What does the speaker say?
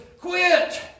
quit